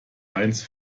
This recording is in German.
eines